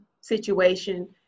situation